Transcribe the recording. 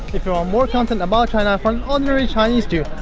if you want more content about china from an ordinary chinese dude,